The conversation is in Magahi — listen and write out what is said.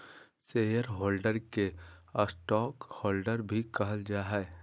शेयर होल्डर के स्टॉकहोल्डर भी कहल जा हइ